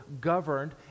governed